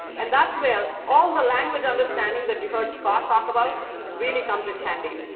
and that's where all the language understanding that you heard scott talk about really comes in handy.